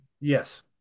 Yes